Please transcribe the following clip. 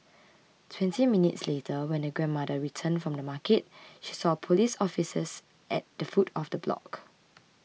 twenty minutes later when the grandmother returned from the market she saw police officers at the foot of the block